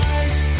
Eyes